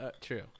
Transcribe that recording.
True